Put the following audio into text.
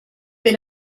been